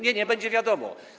Nie, nie będzie wiadomo.